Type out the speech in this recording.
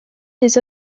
des